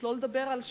שלא לדבר על שיפוץ,